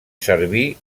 serví